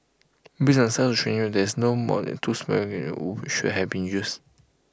based on the size of the training area no more than two smoke grenades should have been used